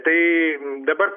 tai dabar